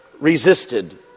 resisted